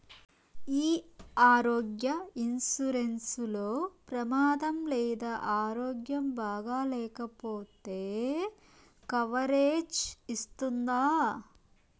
ఈ ఆరోగ్య ఇన్సూరెన్సు లో ప్రమాదం లేదా ఆరోగ్యం బాగాలేకపొతే కవరేజ్ ఇస్తుందా?